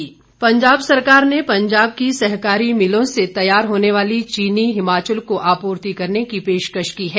चीनी पंजाब सरकार ने पंजाब की सहकारी मीलों में तैयार होने वाली चीनी हिमाचल को आपूर्ति करने की पेशकश की है